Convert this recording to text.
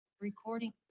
Recording